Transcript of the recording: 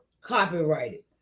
copyrighted